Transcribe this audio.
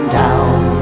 down